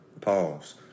Pause